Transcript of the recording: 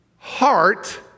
heart